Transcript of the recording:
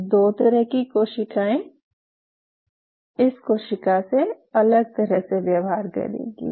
ये दो तरह की कोशिकाएं इस कोशिका से अलग तरह से व्यवहार करेगी